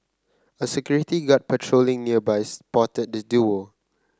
a security guard patrolling nearby spotted the duo